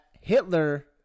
Hitler